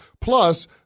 Plus